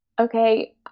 Okay